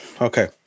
Okay